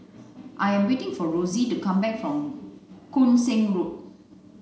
I am waiting for Rosey to come back from Koon Seng Road